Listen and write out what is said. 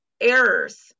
errors